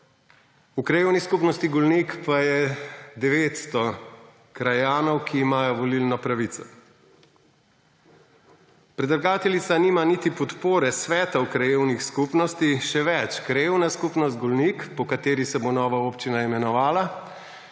V Krajevni skupnosti Golnik pa je 900 krajanov, ki imajo volilno pravico. Predlagateljica nima niti podpore svetov v krajevnih skupnostih. Še več, Krajevna skupnost Golnik, po kateri se bo nova občina imenovala,